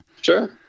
Sure